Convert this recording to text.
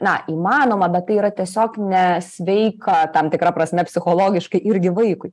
na įmanoma bet tai yra tiesiog nesveika tam tikra prasme psichologiškai irgi vaikui